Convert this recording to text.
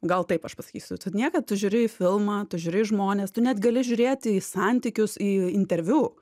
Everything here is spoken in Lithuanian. gal taip aš pasakysiu tu niekad tu žiūri į filmą tu žiūri į žmones tu net gali žiūrėti į santykius į interviu